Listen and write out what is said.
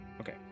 Okay